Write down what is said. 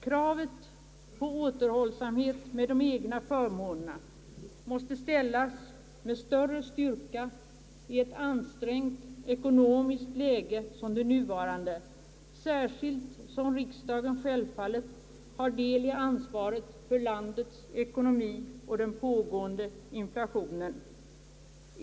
Kravet på återhållsamhet med de egna förmånerna måste ställas med större styrka i ett ansträngt ekonomiskt läge som det nuvarande, särskilt som riksdagen självfallet har del i ansvaret för landets ekonomi och den pågående inflationen.